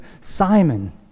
Simon